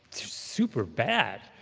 super bad